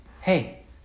hey